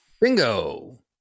Bingo